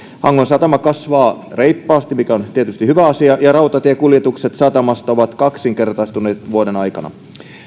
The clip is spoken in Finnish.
hangon satama kasvaa reippaasti mikä on tietysti hyvä asia ja rautatiekuljetukset satamasta ovat kaksinkertaistuneet vuoden aikana